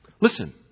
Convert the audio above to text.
Listen